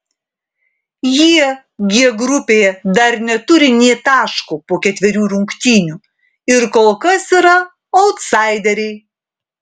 jie g grupėje dar neturi nė taško po ketverių rungtynių ir kol kas yra autsaideriai